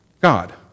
God